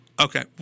Okay